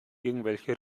irgendwelche